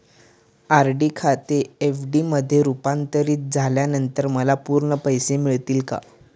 RD खाते FD मध्ये रुपांतरित झाल्यानंतर मला पूर्ण पैसे मिळतील का?